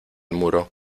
muro